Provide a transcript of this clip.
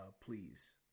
please